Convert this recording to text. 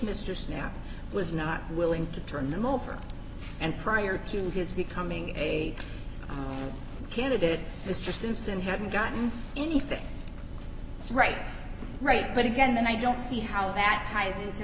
mr snow was not willing to turn them over and prior to his becoming a candidate mr simpson haven't gotten anything right right but again i don't see how that ties into